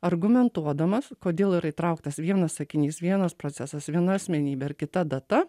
argumentuodamas kodėl yra įtrauktas vienas sakinys vienas procesas viena asmenybė ar kita data